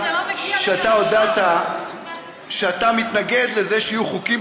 שאתה הודעת שאתה מתנגד לזה שיהיו חוקים